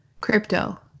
crypto